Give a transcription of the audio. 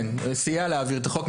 כן סייע להעביר את החוק,